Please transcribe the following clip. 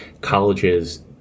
colleges